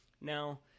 Now